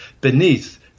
beneath